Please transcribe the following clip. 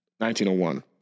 1901